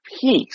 peace